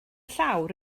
llawr